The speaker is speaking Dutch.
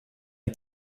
een